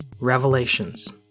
Revelations